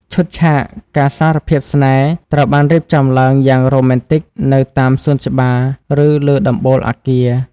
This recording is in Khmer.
ឈុតឆាកការសារភាពស្នេហ៍ ត្រូវបានរៀបចំឡើងយ៉ាងរ៉ូមែនទិកនៅតាមសួនច្បារ ឬលើដំបូលអគារ។